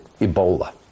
Ebola